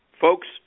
Folks